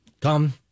come